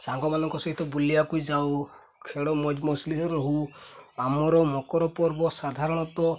ସାଙ୍ଗମାନଙ୍କ ସହିତ ବୁଲିବାକୁ ଯାଉ ଖେଳ ମୌଜ ମଜଲିସ୍ରେ ରହୁ ଆମର ମକର ପର୍ବ ସାଧାରଣତଃ